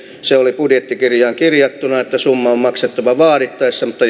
se oli budjettikirjaan kirjattuna että summa on maksettava vaadittaessa mutta